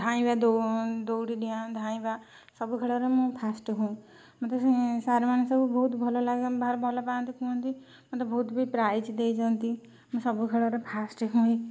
ଧାଇଁବା ଦଉଡ଼ି ଡିଆଁ ଧାଇଁବା ସବୁ ଖେଳରେ ମୁଁ ଫାଷ୍ଟ୍ ମୋତେ ସାର୍ ମାନେ ସବୁ ବହୁତ ଭଲ ଭାରି ଭଲପାଆନ୍ତି କୁହନ୍ତି ମୋତେ ବହୁତ ବି ପ୍ରାଇଜ୍ ଦେଇଛନ୍ତି ମୁଁ ସବୁ ଖେଳରେ ଫାଷ୍ଟ୍